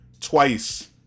twice